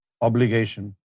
obligation